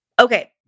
Okay